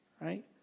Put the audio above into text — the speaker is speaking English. right